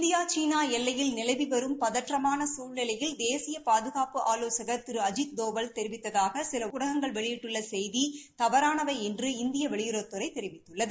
India சீனா எல்லையில் நிலவி வரும் பதற்றமான சூழ்நிலையில் தேசிய பாதுகாப்பு ஆலோசகள் திரு அஜித்தோவல் தெரிவித்ததாக சீன ஊடகங்கள் வெளியிட்டுள்ள செய்தி தவறானவை என்று இந்திய வெளியுறவுத்துறை தெரிவித்துள்ளது